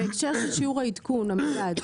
בהקשר של שיעור עדכון המדד,